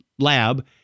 lab